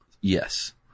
Yes